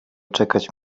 czekać